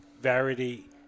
variety